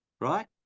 right